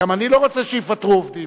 גם אני לא רוצה שיפטרו עובדים,